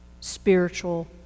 spiritual